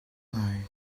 ngai